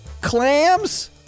clams